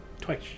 Twice